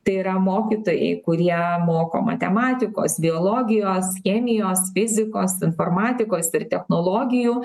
tai yra mokytojai kurie moko matematikos biologijos chemijos fizikos informatikos ir technologijų